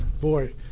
boy